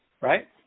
right